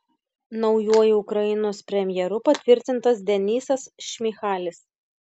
naujuoju ukrainos premjeru patvirtintas denysas šmyhalis